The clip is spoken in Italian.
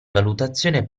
valutazione